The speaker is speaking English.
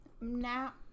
Now